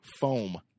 foam